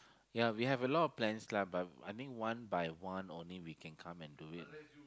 ya we have a lot of plans lah but I think one by one only we can come and do it